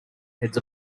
heads